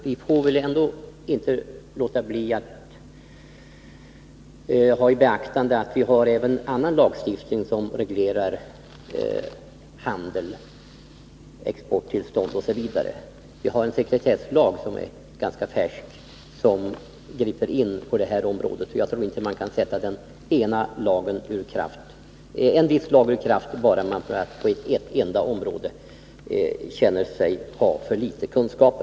Vi får inte underlåta att beakta att vi har även annan lagstiftning som reglerar handel, exporttillstånd m.m. Vi har en sekretesslag som är ganska färsk och som griper in på detta område. Jag tror inte att man kan sätta en viss lag ur kraft bara därför att man på ett enda område anser sig ha för liten kunskap.